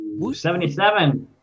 77